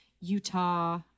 Utah